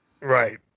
Right